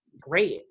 great